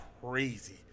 crazy